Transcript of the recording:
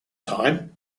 time